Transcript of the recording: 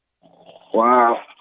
Wow